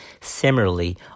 Similarly